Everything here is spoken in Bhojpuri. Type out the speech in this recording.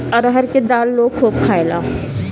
अरहर के दाल लोग खूब खायेला